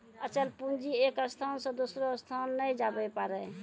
अचल पूंजी एक स्थान से दोसरो स्थान नै जाबै पारै